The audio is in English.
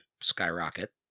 Skyrocket